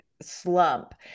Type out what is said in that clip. slump